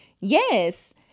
Yes